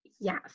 Yes